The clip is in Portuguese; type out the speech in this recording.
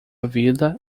vida